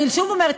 אני שוב אומרת,